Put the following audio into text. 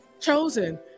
chosen